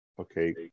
okay